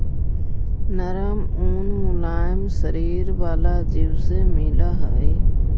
नरम ऊन मुलायम शरीर वाला जीव से मिलऽ हई